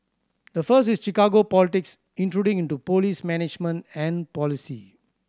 the first is Chicago politics intruding into police management and policy